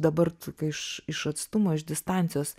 dabar t kai iš iš atstumo iš distancijos